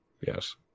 Yes